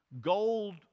gold